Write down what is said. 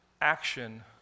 action